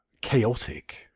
chaotic